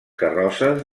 carrosses